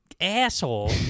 asshole